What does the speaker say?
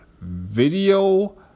video